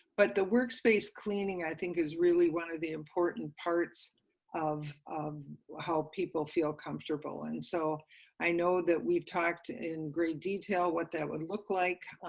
but the workspace cleaning i think is really one of the important parts of of how people feel comfortable, and so i know that we talked in great detail what that would look like.